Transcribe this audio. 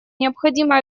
необходимо